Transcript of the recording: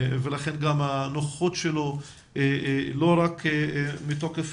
ולכן גם הנוכחות שלו לא רק מתוקף